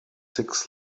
six